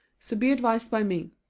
so be advised by me.